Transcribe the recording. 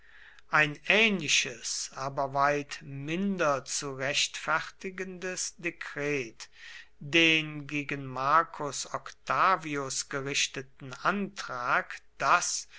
ein ähnliches aber weit minder zu rechtfertigendes dekret den gegen marcus octavius gerichteten antrag daß